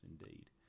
indeed